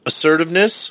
assertiveness